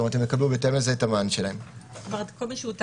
זאת אומרת, הם יקבלו בהתאם לזה את המען שלהם.